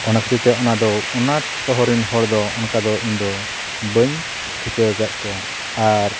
ᱚᱱᱟ ᱠᱷᱟᱹᱛᱤᱨᱛᱮ ᱚᱱᱟᱫᱚ ᱚᱱᱟ ᱛᱚᱦᱚᱨᱮᱱ ᱦᱚᱲ ᱫᱚ ᱚᱱᱠᱟ ᱤᱧᱫᱚ ᱵᱟᱹᱧ ᱴᱷᱤᱠᱟᱹ ᱟᱠᱟᱫ ᱠᱚᱣᱟ ᱟᱨ